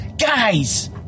Guys